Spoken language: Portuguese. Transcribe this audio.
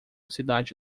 cidade